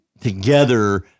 together